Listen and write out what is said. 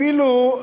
אפילו,